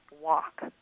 walk